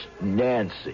Nancy